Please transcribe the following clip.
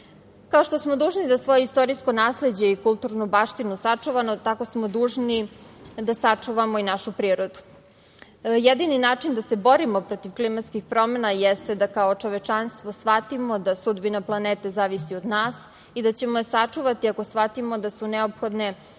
Kao što smo dužni da svoje istorijsko nasleđe i kulturnu baštinu sačuvamo, tako smo dužni i da sačuvamo našu prirodu. Jedini način da se borimo protiv klimatskih promena jeste da kao čovečanstvo shvatimo da sudbina planete zavisi od nas i da ćemo je sačuvati ako shvatimo da su neophodne